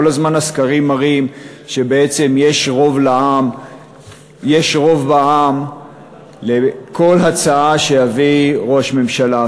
כל הזמן הסקרים מראים שבעצם יש רוב בעם לכל הצעה שיביא ראש הממשלה.